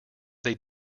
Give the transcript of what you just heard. that